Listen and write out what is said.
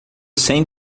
sem